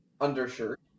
undershirt